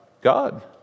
God